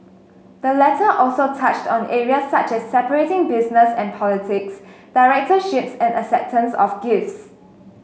the letter also touched on areas such as separating business and politics directorships and acceptance of gifts